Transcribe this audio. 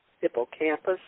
hippocampus